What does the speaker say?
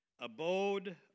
abode